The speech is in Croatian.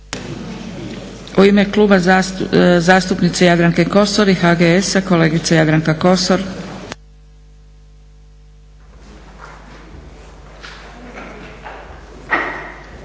U ime Kluba zastupnice Jadranke Kosor i HGS-a kolegica Jadranka Kosor.